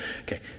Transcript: Okay